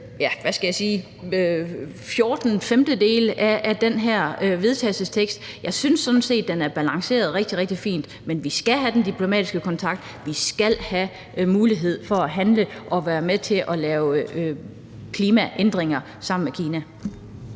i – hvad skal jeg sige? – fjorten femtendedele af det her forslag til vedtagelse. Jeg synes sådan set, at det er balanceret og rigtig, rigtig fint. Man skal have den diplomatiske kontakt, og vi skal have mulighed for at handle og være med til at lave klimaændringer sammen med Kina.